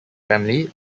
family